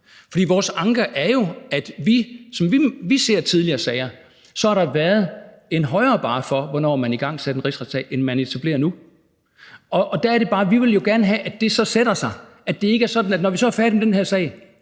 For vores anke er jo, at som vi ser tidligere sager, har der været sat en højere barre for, hvornår man igangsatte en rigsretssag, end man sætter nu. Vi vil jo gerne have, at det så sætter sig, og at det ikke er sådan, at når vi så er færdige med den her sag,